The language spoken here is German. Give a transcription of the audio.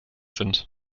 sind